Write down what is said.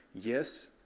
Yes